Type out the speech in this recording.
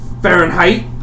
Fahrenheit